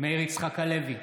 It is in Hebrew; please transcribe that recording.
מאיר יצחק הלוי,